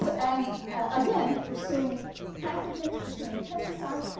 and again, pursuing pathogens, pursuing pesticides.